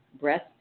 breast